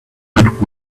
but